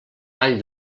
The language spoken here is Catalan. vall